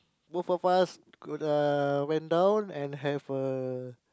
both of us got uh went down and have a